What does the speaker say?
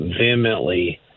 vehemently